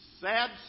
sad